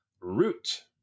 Root